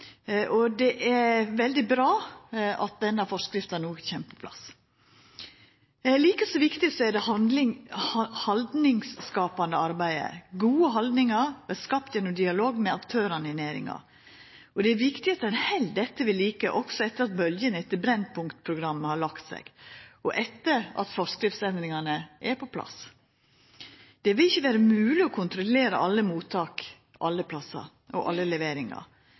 for. Det er veldig bra at denne forskrifta no kjem på plass. Like så viktig er det haldningsskapande arbeidet. Gode haldningar vert skapte gjennom dialog med aktørane i næringa. Det er viktig at ein held dette ved like også etter at bølga etter Brennpunkt-programmet har lagt seg, og etter at forskriftsendringane er på plass. Det vil ikkje vera mogleg å kontrollera alle mottak, alle plassar og alle leveringar.